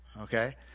Okay